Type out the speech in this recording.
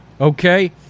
Okay